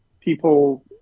people